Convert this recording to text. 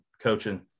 coaching